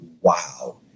wow